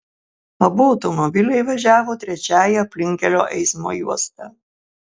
abu automobiliai važiavo trečiąja aplinkkelio eismo juosta